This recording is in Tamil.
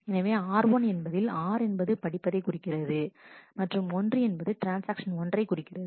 எனவே r1 என்பதில் r என்பது படிப்பதை குறிக்கிறது மற்றும் ஒன்று என்பது ட்ரான்ஸ்ஆக்ஷன் ஒன்றைக் குறிக்கிறது